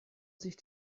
sich